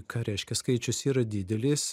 ką reiškia skaičius yra didelis